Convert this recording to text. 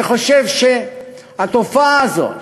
אני חושב שהתופעה הזאת